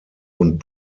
und